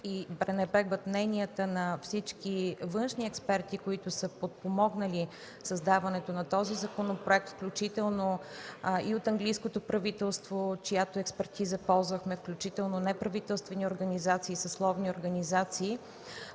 се пренебрегват мненията на всички външни експерти, които са подпомогнали създаването на този законопроект, включително и от английското правителство, чиято експертиза ползвахме, включително неправителствени организации и съсловни организации.